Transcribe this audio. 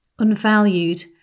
unvalued